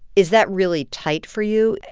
is that really tight for you?